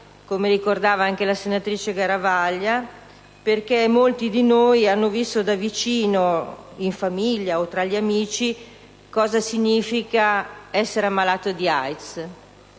come ricordava anche la senatrice Garavaglia - perché molti di noi hanno visto da vicino, in famiglia o tra gli amici, cosa significa essere ammalati di